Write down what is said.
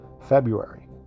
February